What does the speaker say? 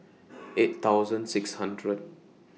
eight thousand six hundred